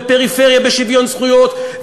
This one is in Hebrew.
פריפריה בשוויון זכויות,